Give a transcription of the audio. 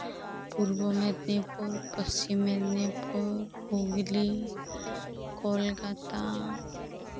Purba Medinipur Paschim Medinipur Hooghly Kolkata